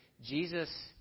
Jesus